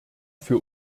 für